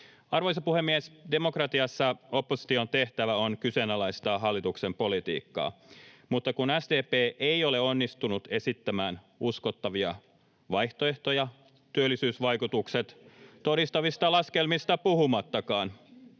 Arvoisa puhemies! Demokratiassa opposition tehtävä on kyseenalaistaa hallituksen politiikkaa. Mutta kun SDP ei ole onnistunut esittämään uskottavia vaihtoehtoja, työllisyysvaikutukset todistavista laskelmista puhumattakaan.